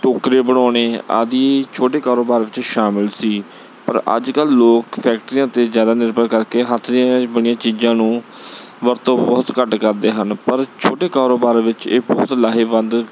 ਟੋਕਰੇ ਬਣਾਉਣੇ ਆਦਿ ਛੋਟੇ ਕਾਰੋਬਾਰ ਵਿੱਚ ਸ਼ਾਮਿਲ ਸੀ ਪਰ ਅੱਜ ਕੱਲ੍ਹ ਲੋਕ ਫੈਕਟਰੀਆਂ 'ਤੇ ਜ਼ਿਆਦਾ ਨਿਰਭਰ ਕਰਕੇ ਹੱਥ ਦੀਆਂ ਬਣੀਆਂ ਚੀਜ਼ਾਂ ਨੂੰ ਵਰਤੋਂ ਬਹੁਤ ਘੱਟ ਕਰਦੇ ਹਨ ਪਰ ਛੋਟੇ ਕਾਰੋਬਾਰ ਵਿੱਚ ਇਹ ਬਹੁਤ ਲਾਹੇਵੰਦ